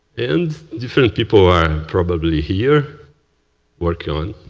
and different people are probably here working on